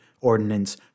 ordinance